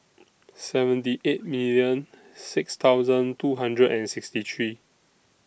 seven D eight million six thousand two hundred and sixty three